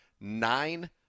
Nine